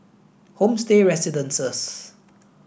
Homestay Residences